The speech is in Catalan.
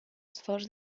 esforç